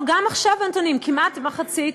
לא, גם עכשיו הנתונים, כמעט מחצית,